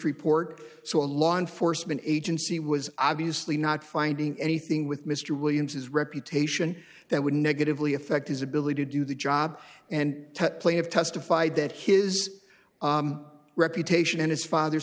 report so a law enforcement agency was obviously not finding anything with mr williams his reputation that would negatively affect his ability to do the job and play have testified that his reputation and his father's